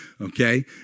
okay